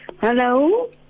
Hello